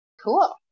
Cool